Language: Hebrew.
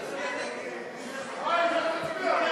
לסעיף תקציבי 04,